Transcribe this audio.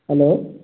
hello